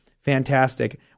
fantastic